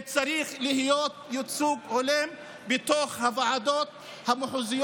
צריך להיות ייצוג הולם בתוך הוועדות המחוזיות